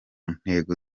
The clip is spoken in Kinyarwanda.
ntego